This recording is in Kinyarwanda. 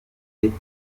bafite